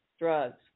drugs